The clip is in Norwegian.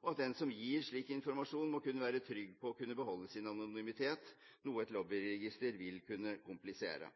og at den som gir slik informasjon, må kunne være trygg på å kunne beholde sin anonymitet, noe et lobbyregister vil kunne komplisere.